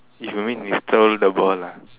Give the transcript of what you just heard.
if you mean we stole the ball ah